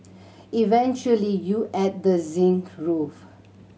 eventually you add the zinc roof